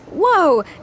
Whoa